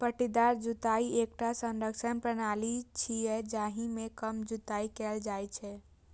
पट्टीदार जुताइ एकटा संरक्षण प्रणाली छियै, जाहि मे कम जुताइ कैल जाइ छै